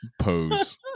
pose